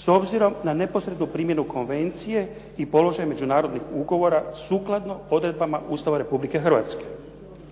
s obzirom na neposrednu primjenu konvencije i položaj međunarodnih ugovora sukladno odredbama Ustava Republike Hrvatske.